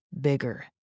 bigger